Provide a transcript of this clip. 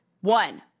One